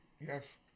Yes